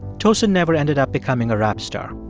tosin never ended up becoming a rap star.